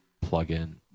plug-in